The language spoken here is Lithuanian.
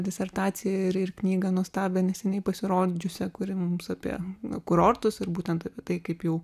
disertaciją ir ir knygą nuostabią neseniai pasirodžiusią kuri mums apie kurortus ir būtent tai kaip jau